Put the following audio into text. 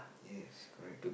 yes correct